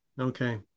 Okay